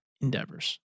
endeavors